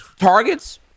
targets